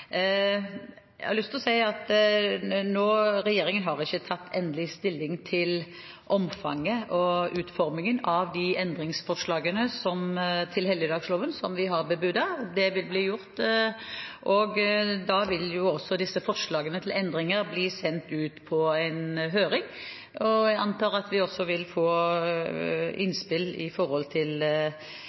Jeg har lyst til å si at regjeringen ikke har tatt endelig stilling til omfanget og utformingen av endringsforslagene til helligdagsfredloven som vi har bebudet. Det vil bli gjort. Da vil også disse forslagene til endringer bli sendt ut på høring. Jeg antar at vi da vil få innspill